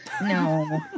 No